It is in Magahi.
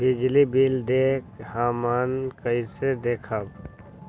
बिजली बिल देल हमन कईसे देखब?